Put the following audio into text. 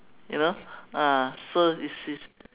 you know ah so it's it's